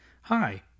Hi